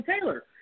Taylor